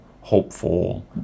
hopeful